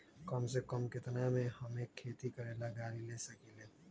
कम से कम केतना में हम एक खेती करेला गाड़ी ले सकींले?